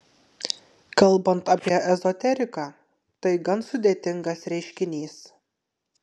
kalbant apie ezoteriką tai gan sudėtingas reiškinys